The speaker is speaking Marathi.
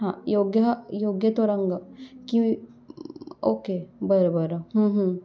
हां योग्य हा योग्य तो रंग की ओके बरं बरं